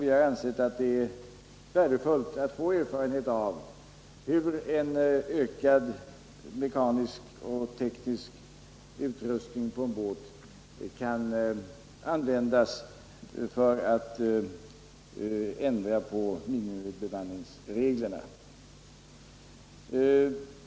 Vi har ansett det värdefullt att få erfarenhet av hur en ökad mekanisk och teknisk utrustning på en båt kan användas för att ändra på minimibemanningsreglerna.